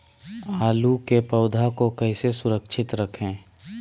आलू के पौधा को कैसे सुरक्षित रखें?